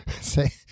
Say